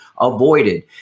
avoided